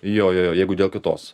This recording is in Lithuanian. jo jo jo jeigu dėl kitos